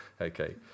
Okay